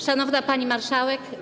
Szanowna Pani Marszałek!